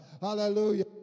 Hallelujah